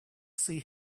see